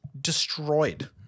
destroyed